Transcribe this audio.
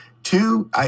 Two